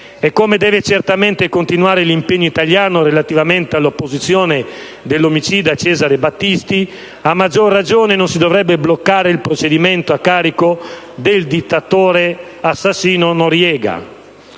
Come deve certamente continuare l'impegno italiano relativamente all'opposizione dell'omicida Cesare Battisti, a maggior ragione non si dovrebbe bloccare il procedimento a carico del dittatore assassino Noriega.